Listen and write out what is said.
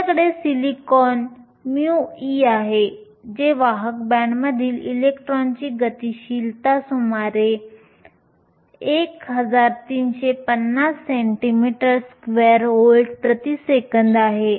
आपल्याकडे silicon μe आहे जे वाहक बँडमधील इलेक्ट्रॉनची गतिशीलता सुमारे 1350 सेंटीमीटर स्क्वेअर व्होल्ट प्रति सेकंद आहे